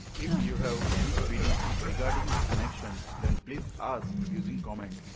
if you have any queries regarding the connection, then pls ask using comment.